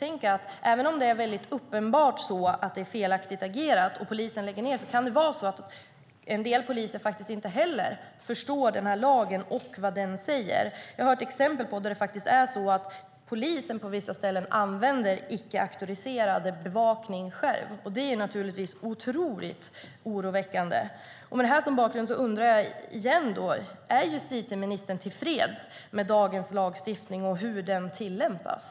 Även om det är väldigt uppenbart att det är felaktigt agerat och polisen lägger ned skulle man kunna misstänka att en del poliser faktiskt inte heller förstår den här lagen och vad den säger. Jag har hört att polisen på vissa ställen faktiskt använder icke-auktoriserad bevakning själv, och det är naturligtvis otroligt oroväckande. Med det här som bakgrund undrar jag igen: Är justitieministern tillfreds med dagens lagstiftning och hur den tillämpas?